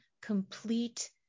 complete